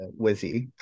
Wizzy